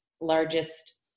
largest